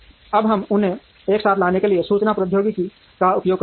अब हम उन्हें एक साथ लाने के लिए सूचना प्रौद्योगिकी का उपयोग करते हैं